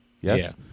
yes